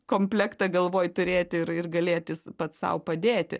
komplektą galvoj turėti ir ir galėtis pats sau padėti